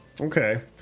Okay